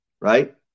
right